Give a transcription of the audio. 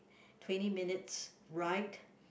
twenty minutes ride